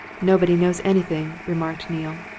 nobody knows anything, remarked neale.